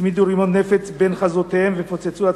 הצמידו רימון נפץ בין חזותיהם ופוצצו את